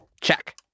Check